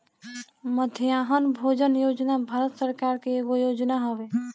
मध्याह्न भोजन योजना भारत सरकार के एगो योजना हवे